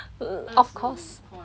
of course